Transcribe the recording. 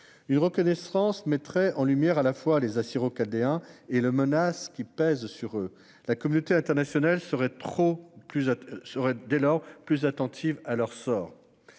Cette reconnaissance mettrait ainsi en lumière à la fois les Assyro-Chaldéens et la menace qui pèse sur eux. La communauté internationale serait dès lors plus attentive à leur sort.